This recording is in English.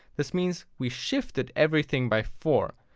this means we shifted everything by four,